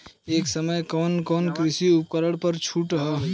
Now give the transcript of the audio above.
ए समय कवन कवन कृषि उपकरण पर छूट ह?